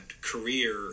career